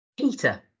Peter